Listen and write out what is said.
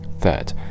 Third